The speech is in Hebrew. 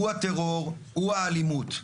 הוא הטרור, הוא האלימות.